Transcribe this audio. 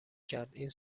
کرد، این